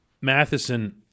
Matheson